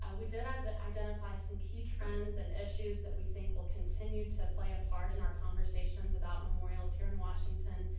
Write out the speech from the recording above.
ah we did ah identify some key trends and issues that we think will continue to play a part in our conversations about memorials here in washington,